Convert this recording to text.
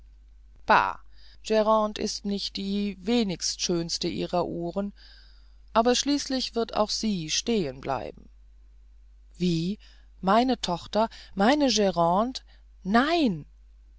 bah grande ist nicht die wenigst schönste ihrer uhren aber schließlich wird auch sie stehen bleiben wie meine tochter meine grande nein